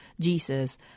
Jesus